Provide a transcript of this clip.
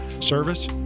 service